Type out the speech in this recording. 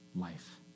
life